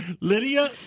Lydia